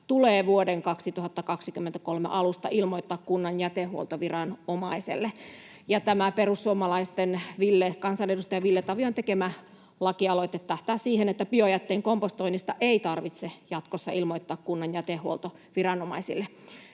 tulee vuoden 2023 alusta ilmoittaa kunnan jätehuoltoviranomaiselle, ja tämä perussuomalaisten kansanedustaja Ville Tavion tekemä lakialoite tähtää siihen, että biojätteen kompostoinnista ei tarvitse jatkossa ilmoittaa kunnan jätehuoltoviranomaisille.